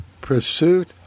pursuit